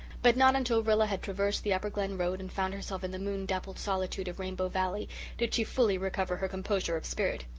but not until rilla had traversed the upper glen road and found herself in the moon-dappled solitude of rainbow valley did she fully recover her composure of spirit.